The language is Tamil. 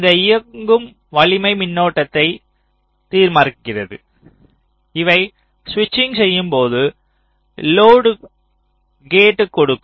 இந்த இயக்கும் வலிமை மின்னோட்டத்தை தீர்மானிக்கிறது இதை ஸ்விட்சிங் செய்யும்போது லோர்ட்க்கு கேட் கொடுக்கும்